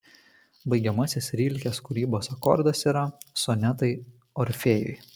baigiamasis rilkės kūrybos akordas yra sonetai orfėjui